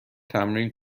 تمرین